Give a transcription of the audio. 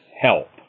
help